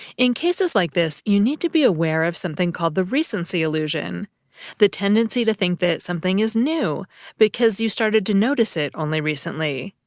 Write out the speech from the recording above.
in cases like this, you need to be aware of something called the recency illusion the tendency to think that something is new because you started to notice it only recently.